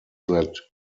that